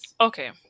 Okay